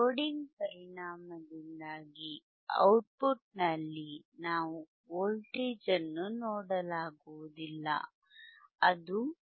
loading ಪರಿಣಾಮದಿಂದಾಗಿ output ನಲ್ಲಿ ನಾವು ವೋಲ್ಟೇಜ್ ಅನ್ನು ನೋಡಲಾಗುವುದಿಲ್ಲ ಅದು 2